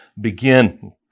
begin